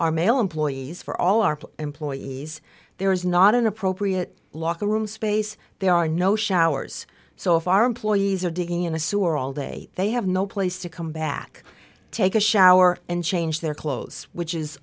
our male employees for all our employees there is not an appropriate locker room space there are no showers so if our employees are digging in a sewer all day they have no place to come back take a shower and change their clothes which is